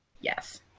Yes